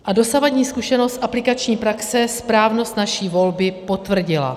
A dosavadní zkušenost aplikační praxe správnost naší volby potvrdila.